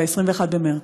ב-21 במרס.